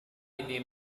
ini